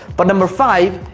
but number five,